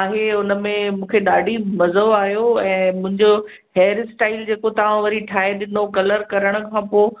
आहे हुन में मूंखे ॾाढी मज़ो आहियो ऐं मुंहिंजो हेयर स्टाइल जेको तव्हां वरी ठाहे ॾिनो कलर करण खां पोइ